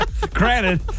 Granted